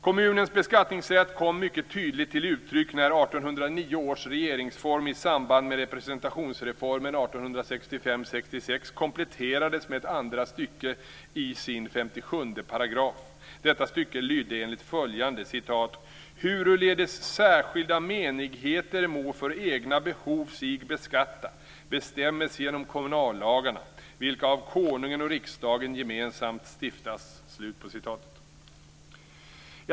Kommunernas beskattningsrätt kom mycket tydligt till uttryck när 1809 års regeringsform i samband med representationsreformen 1865/66 kompletterades med ett andra stycke i sin 57 §. Detta stycke lydde enligt följande: "Huruledes särskilda menigheter må för egna behov sig beskatta, bestämmes genom kommunallagarna, vilka av Konungen och riksdagen gemensamt stiftas."